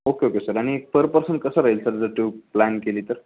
okay okay sir आणि per person कसं राहील सर जर ट्यूब प्लॅन केली तर